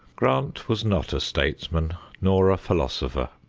grant was not a statesman nor a philosopher.